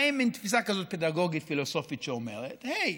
באים עם תפיסה כזאת פדגוגית-פילוסופית שאומרת: הי,